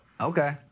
Okay